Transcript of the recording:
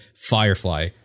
Firefly